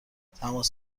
تماس